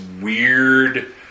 weird